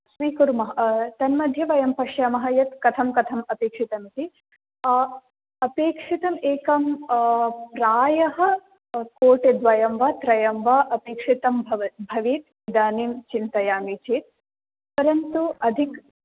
स्वीकुर्मः तन् मध्ये वयं पश्यामः यत् कथं कथम् अपेक्षितम् इति अपेक्षितम् एकं प्रायः कोटिद्वयं वा त्रयं वा अपेक्षितं भव भवेत् इदानीं चिन्तयामि चेत् परन्तु अधिक